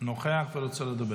נוכח ורוצה לדבר.